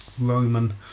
Roman